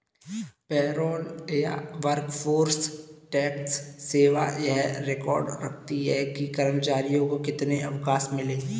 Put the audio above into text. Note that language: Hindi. पेरोल या वर्कफोर्स टैक्स सेवा यह रिकॉर्ड रखती है कि कर्मचारियों को कितने अवकाश मिले